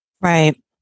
right